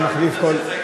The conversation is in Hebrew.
שאני מחליף כל,